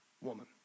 woman